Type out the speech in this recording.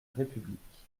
république